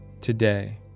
Today